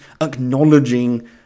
acknowledging